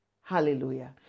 Hallelujah